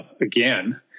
again